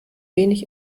wenig